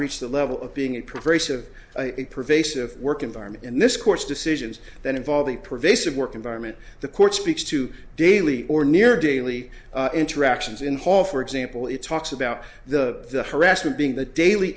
reach the level of being a pervasive pervasive work environment and this court's decisions that involve the pervasive work environment the court speaks to daily or near daily interactions in hall for example it's talks about the harassment being the daily